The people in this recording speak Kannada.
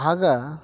ಆಗ